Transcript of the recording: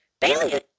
Bailey